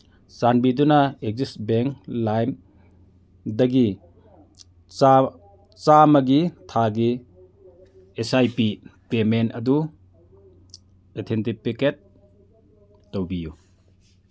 ꯆꯥꯟꯕꯤꯗꯨꯅ Axis bank ꯂꯥꯏꯝ ꯗꯒꯤ ꯆꯥꯝꯃꯒꯤ ꯊꯥꯒꯤ ꯑꯦꯁ ꯑꯥꯏ ꯄꯤ ꯄꯦꯃꯦꯟ ꯑꯗꯨ ꯑꯣꯊꯦꯟꯇꯤꯀꯦꯠ ꯇꯧꯕꯤꯌꯨ